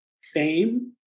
fame